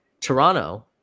Toronto